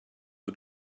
the